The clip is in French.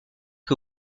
que